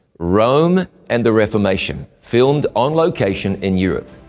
rome and the reformation, filmed on location in europe.